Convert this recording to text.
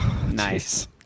nice